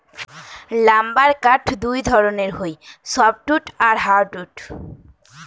lumber কাঠ দুই ধরণের হই সফ্টউড আর হার্ডউড